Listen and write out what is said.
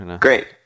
Great